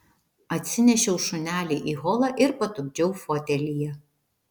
atsinešiau šunelį į holą ir patupdžiau fotelyje